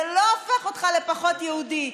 זה לא הופך אותך לפחות יהודי,